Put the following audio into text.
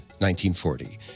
1940